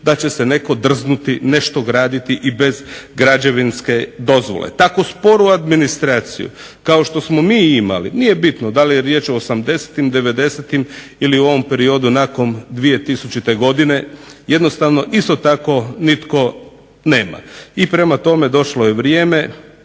da će se netko drznuti nešto gradit i bez građevinske dozvole. Tako sporu administraciju kao što smo mi imali nije bitno da li je riječ o 80., 90. ili u ovom periodu nakon 2000. godine jednostavno isto tako nitko nema. I prema tome, došlo je vrijeme